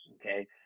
Okay